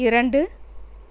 இரண்டு